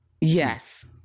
Yes